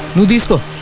do disco